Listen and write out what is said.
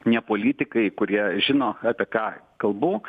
ne politikai kurie žino apie ką kalbu